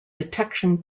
detection